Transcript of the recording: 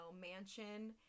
mansion